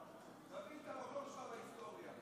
תבין את המקום שלך בהיסטוריה.